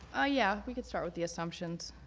ah yeah we can start with the assumptions.